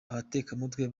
abatekamutwe